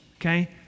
okay